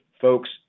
folks